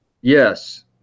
Yes